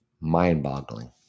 mind-boggling